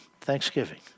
Thanksgiving